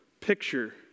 picture